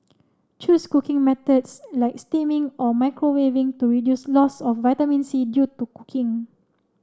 choose cooking methods like steaming or microwaving to reduce loss of vitamin C due to cooking